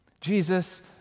Jesus